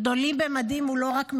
גדולים במדים הוא לא רק מיזם,